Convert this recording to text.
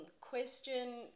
Question